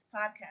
podcast